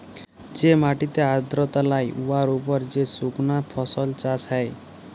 যে মাটিতে আর্দ্রতা লাই উয়ার উপর যে সুকনা ফসল চাষ হ্যয়